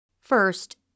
First